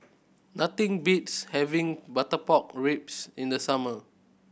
nothing beats having butter pork ribs in the summer